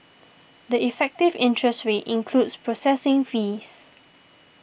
the effective interest rate includes processing fees